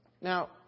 Now